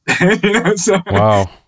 Wow